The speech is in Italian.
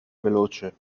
veloce